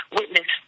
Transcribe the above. witness